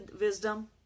wisdom